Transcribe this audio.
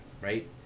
right